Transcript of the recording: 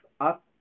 up